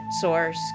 source